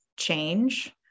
change